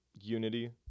unity